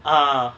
uh